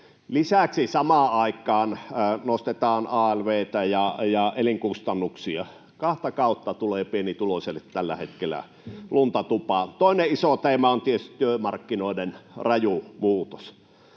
Lisäksi samaan aikaan nostetaan alv:tä ja elinkustannuksia — kahta kautta tulee pienituloiselle tällä hetkellä lunta tupaan. Toinen iso teema on tietysti työmarkkinoiden raju muutos: